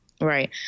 Right